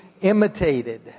imitated